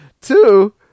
two